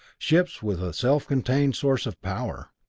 ships with a self-contained source of power.